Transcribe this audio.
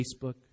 Facebook